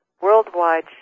worldwide